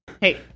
Hey